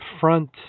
front